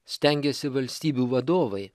stengiasi valstybių vadovai